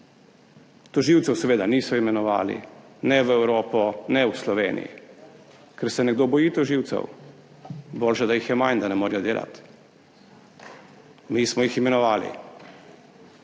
Tožilcev seveda niso imenovali, ne v Evropo ne v Sloveniji, ker se nekdo boji tožilcev. Boljše, da jih je manj, da ne morejo delati. Mi smo jih imenovali.